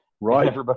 Right